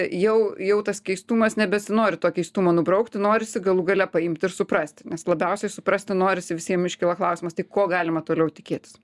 jau jau tas keistumas nebesinori to keistumo nubraukti norisi galų gale paimti ir suprasti nes labiausiai suprasti norisi visiem iškyla klausimas tai ko galima toliau tikėtis